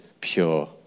pure